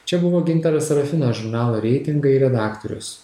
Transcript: čia buvo gintaras sarafinas žurnalo reitingai redaktorius